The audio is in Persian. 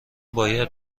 باید